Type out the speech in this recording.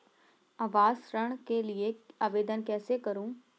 आवास ऋण के लिए आवेदन कैसे करुँ?